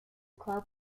club